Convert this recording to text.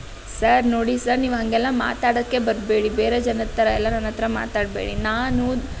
sir ನೋಡಿ sir ನೀವು ಹಾಗೆಲ್ಲ ಮಾತಾಡೋಕ್ಕೆ ಬರಬೇಡಿ ಬೇರೆ ಜನದ ಥರಯೆಲ್ಲ ನನ್ನ ಹತ್ತಿರ ಮಾತಾಡಬೇಡಿ ನಾನು